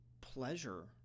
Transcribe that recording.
pleasure